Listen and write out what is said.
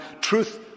truth